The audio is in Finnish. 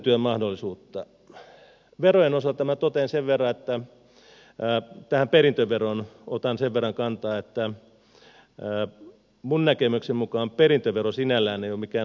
verojen osalta minä totean sen verran tähän perintöveroon otan sen verran kantaa että minun näkemykseni mukaan perintövero sinällään ei ole mikään ongelma